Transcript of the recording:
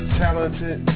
talented